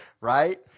right